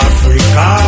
Africa